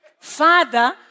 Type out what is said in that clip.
Father